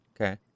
Okay